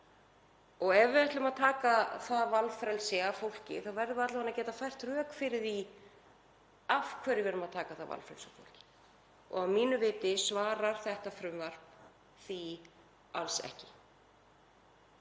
Ef við ætlum að taka það valfrelsi af fólki verðum við alla vega að geta fært rök fyrir því af hverju við erum að taka það valfrelsi og að mínu viti svarar þetta frumvarp því alls ekki.